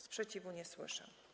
Sprzeciwu nie słyszę.